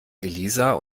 elisa